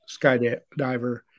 Skydiver